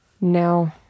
No